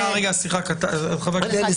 סליחה, קטעתי את חבר הכנסת.